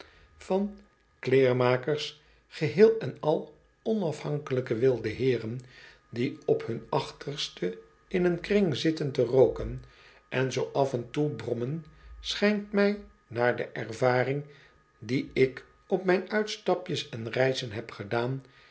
van kleerenmakers geheel en al onafhankelijke wilde hecren die op hun achterste in een kring zitten te rooken en zoo af en toe brommen schijnt mij naar de ervaring die ik op mijne uitstapjes en reizen heb opgedaan